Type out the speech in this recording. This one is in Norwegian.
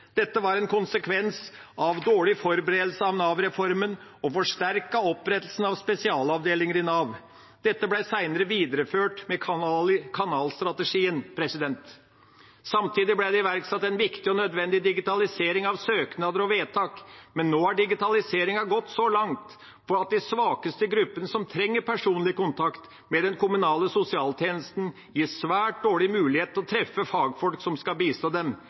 Dette var en konsekvens av dårlig forberedelse av Nav-reformen og forsterket opprettelsen av spesialavdelinger i Nav. Dette ble senere videreført med kanalstrategien. Samtidig ble det iverksatt en viktig og nødvendig digitalisering av søknader og vedtak, men nå har digitaliseringen gått så langt at de svakeste gruppene, som trenger personlig kontakt med den kommunale sosialtjenesten, gis svært dårlig mulighet til å treffe fagfolk som skal bistå dem.